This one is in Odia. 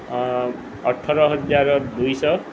ଅଠର ହଜାର ଦୁଇଶହ